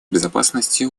безопасности